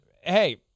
hey